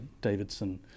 Davidson